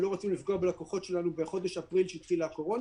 לא רצינו לפגוע בלקוחות שלנו לאחר חודש אפריל כשהתחילה הקורונה.